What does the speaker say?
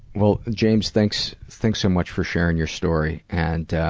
well, james, thanks. thanks so much for sharing your story and,